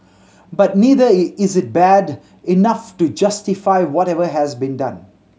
but neither is it bad enough to justify whatever has been done